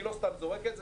אני לא סתם זורק את זה,